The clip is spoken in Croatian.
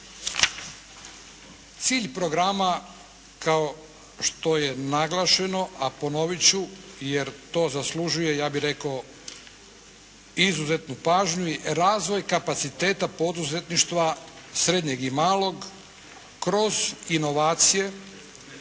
Cilj programa kao što je naglašeno, a ponovit ću jer to zaslužuje ja bih rekao izuzetnu pažnju i razvoj kapaciteta poduzetništva srednjeg i malog kroz inovacije.